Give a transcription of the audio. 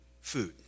food